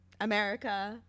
America